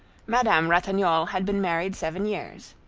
madame ratignolle had been married seven years.